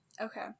Okay